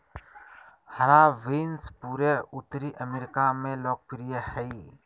हरा बीन्स पूरे उत्तरी अमेरिका में लोकप्रिय हइ